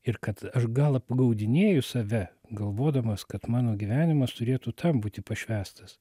ir kad aš gal apgaudinėju save galvodamas kad mano gyvenimas turėtų tam būti pašvęstas